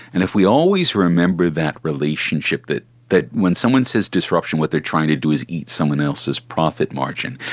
and if we always remember that relationship, that that when someone says disruption what they are trying to do is eat someone else's profit margin,